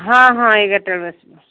ହଁ ହଁ ଏଗାରଟା ବେଳକୁ ଆସିବ